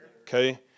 Okay